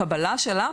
הקבלה שלה,